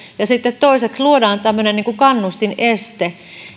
ja sitten toiseksi luodaan tämmöinen kannustineste